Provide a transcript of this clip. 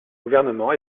gouvernement